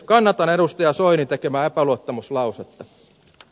kannatan edustaja soinin tekemää epäluottamuslausetta